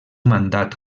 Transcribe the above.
mandat